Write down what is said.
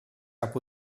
από